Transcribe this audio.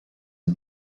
you